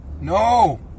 No